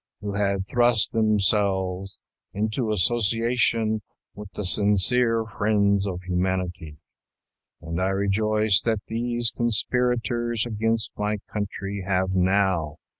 who had thrust themselves into association with the sincere friends of humanity and i rejoice that these conspirators against my country have now,